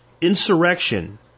Insurrection